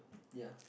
ya